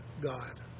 God